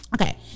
Okay